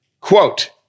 quote